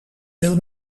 veel